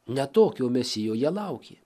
ne tokio mesijo jie laukė